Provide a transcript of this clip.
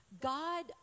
God